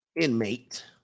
Inmate